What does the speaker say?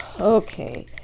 Okay